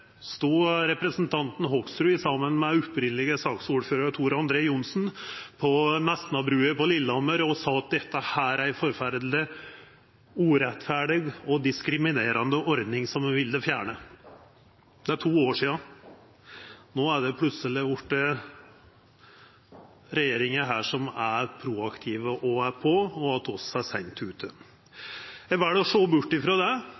stod representanten Hoksrud saman med den opphavelege saksordføraren, Tor André Johnsen, på Mesnabrua på Lillehammer og sa at dette var ei forferdeleg urettferdig og diskriminerande ordning, som han ville fjerna. Det er to år sidan. No har det plutseleg vorte slik at denne regjeringa er proaktiv og på, og at vi er seint ute. Eg vel å sjå bort ifrå det.